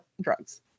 drugs